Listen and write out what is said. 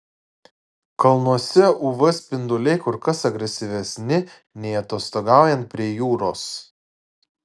kalnuose uv spinduliai kur kas agresyvesni nei atostogaujant prie jūros